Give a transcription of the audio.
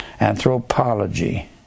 anthropology